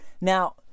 now